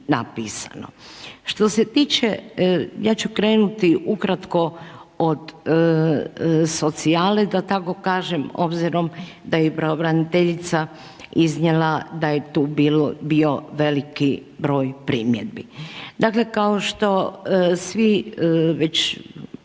napisano. Što se tiče i ja ću krenuti ukratko od socijale, da tako kažem, obzirom da je i pravobraniteljica iznijela da je i tu bio veliki broj primjedbi. Dakle, kao što svi već